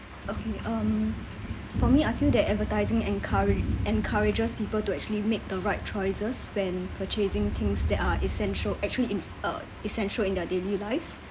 okay um for me I feel that advertising encou~ encourages people to actually make the right choices when purchasing things that are essential actually it's uh essential in their daily lives